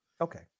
Okay